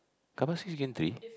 carpark C gantry